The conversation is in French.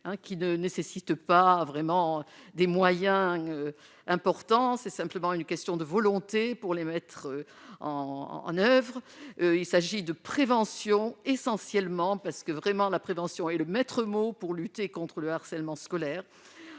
qui ne nécessitent pas vraiment des moyens importants, c'est simplement une question de volonté pour les mettre en en oeuvre, il s'agit de prévention essentiellement parce que vraiment, la prévention est le maître-mot pour lutter contre le harcèlement scolaire